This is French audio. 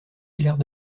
hilaire